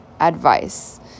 advice